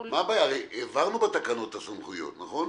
הבהרנו בתקנות את הסמכויות, נכון?